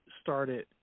started –